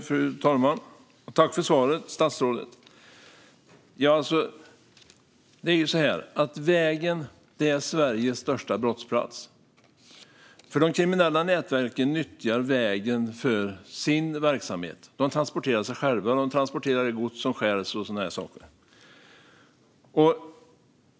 Fru talman! Tack för svaret, statsrådet! Vägen är Sveriges största brottsplats, för de kriminella nätverken nyttjar vägen för sin verksamhet. De transporterar sig själva, och de transporterar det gods som stjäls och sådana saker.